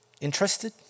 Interested